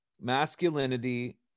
masculinity